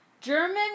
German